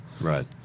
Right